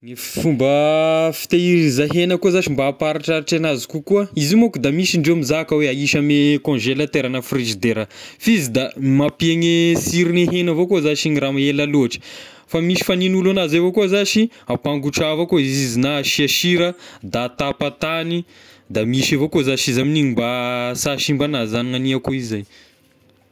Gne fomba fitehiriza hena koa zashy mba ampaharitraritra ny anazy kokoa, izy io manko da misy indreo mizaka hoe ahisy ame congelateur na frizidera f'izy da mampihegna e siron'ny hena avao koa zashy igny raha ela loatra, fa misy fanin'olo anazy avao koa zashy ampangotra avao koa izy na asia sira da atapy atagny, misy avao koa zashy izy amin'igny mba sy ahasimba anazy zagny nagnihako izay.